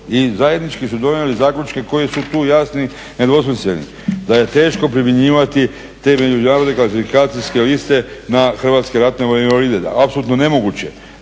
I zajednički su donijeli zaključke koji su to jasni ne dvosmisleni. Da je teško primjenjivati te međunarodne klasifikacijske liste na Hrvatske ratne vojne invalide, da apsolutno nemoguće,